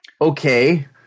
Okay